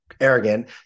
arrogant